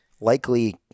likely